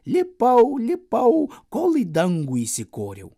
lipau lipau kol į dangų įsikoriau